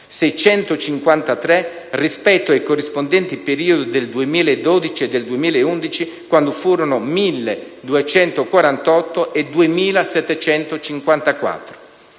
653, rispetto ai corrispondenti periodi del 2012 e del 2011, quando furono 1.248 e 2.754.